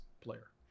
player